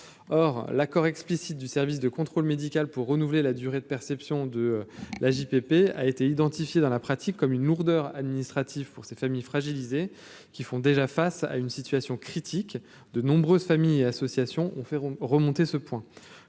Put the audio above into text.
or l'accord explicite du service de contrôle médical pour renouveler la durée de perception de l'AJPP. C'est identifié dans la pratique, comme une lourdeur administrative pour ces familles fragilisées qui font déjà face à une situation critique, de nombreuses familles associations ont fait remonter ce point